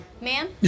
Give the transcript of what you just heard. Ma'am